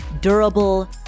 durable